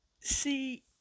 See